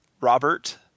Robert